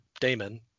Damon